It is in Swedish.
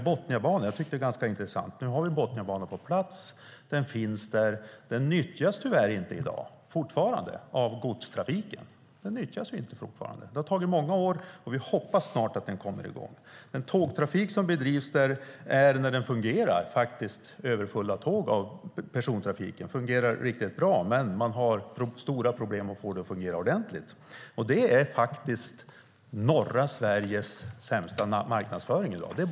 Botniabanan finns på plats. Men den nyttjas tyvärr fortfarande inte av godstrafiken. Det har gått många år, och vi hoppas att den snart kommer i gång. Den persontågtrafik som bedrivs på Botniabanan fungerar riktigt bra - när den fungerar - med överfulla tåg, men man har stora problem med att få tågtrafiken att fungera ordentligt. En Botniabana som inte fungerar är norra Sveriges sämsta marknadsföring.